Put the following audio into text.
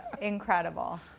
incredible